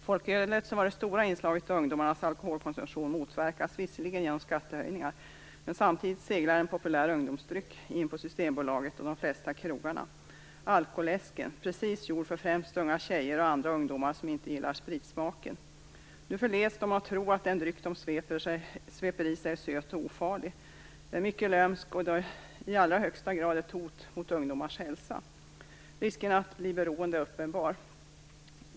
Folkölet, som var det stora inslaget i ungdomarnas alkoholkonsumtion, motverkas visserligen genom skattehöjning, men samtidigt seglar en populär ungdomsdryck in på Systembolaget och de flesta krogarna - alkoläsken, precis gjord för främst unga tjejer och andra ungdomar som inte gillar spritsmaken. Nu förleds de att tro att den dryck de sveper i sig är söt och ofarlig. Den är mycket lömsk och i allra högsta grad ett hot mot ungdomars hälsa. Risken att bli beroende är uppenbar.